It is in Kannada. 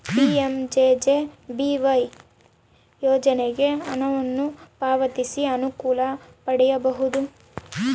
ಪಿ.ಎಂ.ಜೆ.ಜೆ.ಬಿ.ವೈ ಯೋಜನೆಗೆ ಹಣವನ್ನು ಪಾವತಿಸಿ ಅನುಕೂಲ ಪಡೆಯಬಹುದು